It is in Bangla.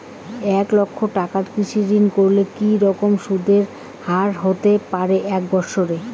এক লক্ষ টাকার কৃষি ঋণ করলে কি রকম সুদের হারহতে পারে এক বৎসরে?